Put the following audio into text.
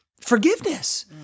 forgiveness